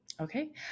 Okay